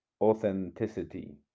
authenticity